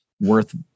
worth